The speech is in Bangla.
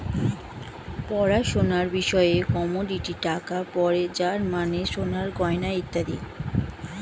পড়াশোনার বিষয়ে কমোডিটি টাকা পড়ে যার মানে সোনার গয়না ইত্যাদি